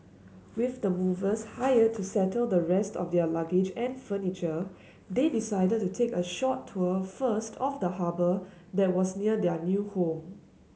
with the movers hired to settle the rest of their luggage and furniture they decided to take a short tour first of the harbour that was near their new home